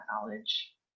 knowledge